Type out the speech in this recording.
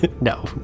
No